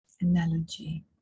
analogy